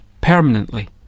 permanently